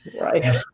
right